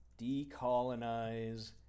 decolonize